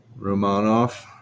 Romanov